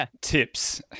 tips